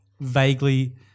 vaguely